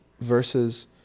versus